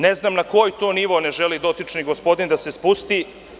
Ne znam na koji to nivo ne želi dotični gospodin da se spusti?